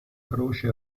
croce